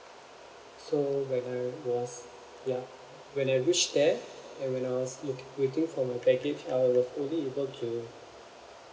so when I was ya when I reached there and when I was waiting for my baggage I was only able to